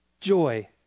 joy